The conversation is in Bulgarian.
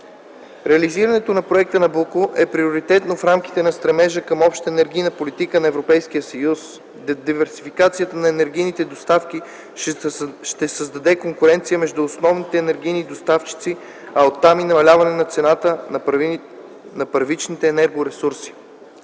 Реализирането на Проекта „Набуко” е приоритетно в рамките на стремежа към Обща енергийна политика на Европейския съюз. Диверсификацията на енергийните доставки ще създаде конкуренция между основните енергийни доставчици, а оттам и намаляване на цената на първичните енергоресурси.